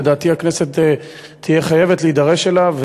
ולדעתי הכנסת תהיה חייבת להידרש אליו,